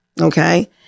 Okay